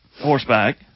horseback